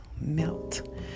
melt